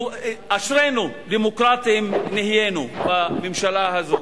אשרינו, דמוקרטים נהיינו, בממשלה הזאת.